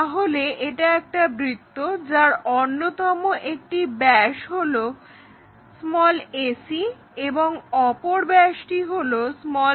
তাহলে এটা একটা বৃত্ত যার অন্যতম একটি ব্যাস হলো ac এবং অপর ব্যাসটি হলো bd